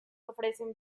ofrecen